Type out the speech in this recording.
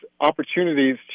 opportunities